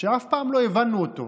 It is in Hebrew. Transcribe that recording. שאף פעם לא הבנו אותו.